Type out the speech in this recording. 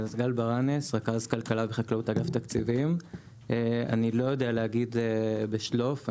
אני לא יודע להגיד בשלוף.